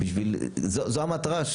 זו המטרה,